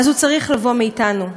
אז הוא צריך לבוא מאתנו.